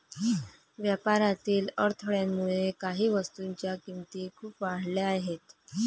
व्यापारातील अडथळ्यामुळे काही वस्तूंच्या किमती खूप वाढल्या आहेत